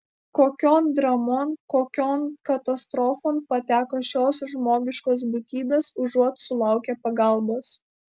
kokion dramon kokion katastrofon pateko šios žmogiškos būtybės užuot sulaukę pagalbos